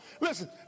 Listen